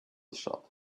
shop